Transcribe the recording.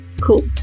Cool